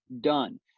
done